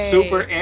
Super